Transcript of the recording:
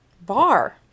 Bar